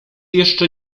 jeszcze